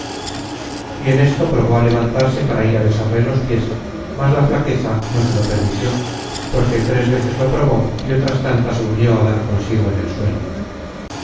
y en esto probó á levantarse para ir á besarle los pies mas la alaqueza no se lo permitió porque tres veces lo probó y otras tantas volvió á dar consigo en el suelo